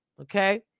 Okay